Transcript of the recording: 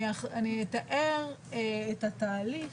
אני אתאר את התהליך.